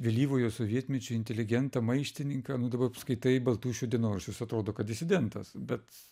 vėlyvojo sovietmečio inteligentą maištininką nu dabar skaitai baltušio dienoraščius atrodo kad disidentas bet